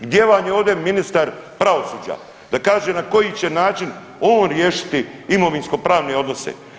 Gdje vam je ovdje ministar pravosuđa da kaže na koji će način on riješiti imovinskopravne odnose?